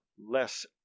less